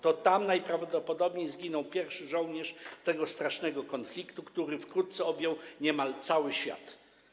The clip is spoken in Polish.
To tam najprawdopodobniej zginął pierwszy żołnierz tego strasznego konfliktu, który wkrótce objął niemal cały świat.